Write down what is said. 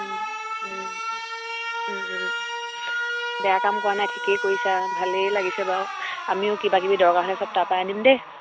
বেয়া কাম কৰা নাই ঠিকেই কৰিছা ভালেই লাগিছে বাৰু আমিও কিবাকিবি দৰকাৰ হ'লে চব তাৰপৰাই আনিম দেই